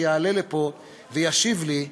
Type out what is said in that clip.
שיעלה לפה וישיב לי: